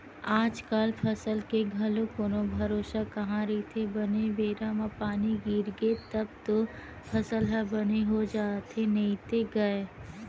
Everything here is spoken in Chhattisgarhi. आजकल फसल के घलो कोनो भरोसा कहाँ रहिथे बने बेरा म पानी गिरगे तब तो फसल ह बने हो जाथे नइते गय